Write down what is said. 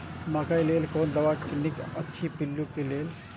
मकैय लेल कोन दवा निक अछि पिल्लू क लेल?